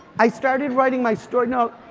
i started writing my story, no.